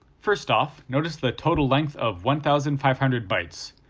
first off, notice the total length of one thousand five hundred bytes,